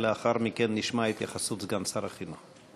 ולאחר מכן נשמע התייחסות סגן שר החינוך.